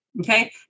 Okay